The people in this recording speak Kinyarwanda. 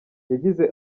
yagize